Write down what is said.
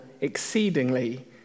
exceedingly